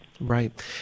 Right